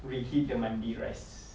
reheat the mandi rice